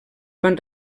van